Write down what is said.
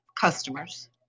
customers